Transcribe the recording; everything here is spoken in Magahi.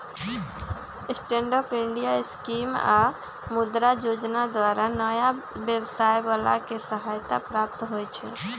स्टैंड अप इंडिया स्कीम आऽ मुद्रा जोजना द्वारा नयाँ व्यवसाय बला के सहायता प्राप्त होइ छइ